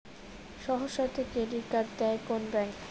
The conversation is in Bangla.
সহজ শর্তে ক্রেডিট কার্ড দেয় কোন ব্যাংক?